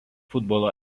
futbolo